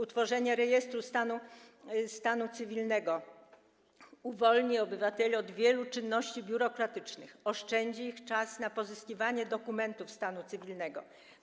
Utworzenie rejestru stanu cywilnego uwolni obywateli od wielu czynności biurokratycznych, oszczędzi ich czas przeznaczony na pozyskiwanie dokumentów stanu cywilnego.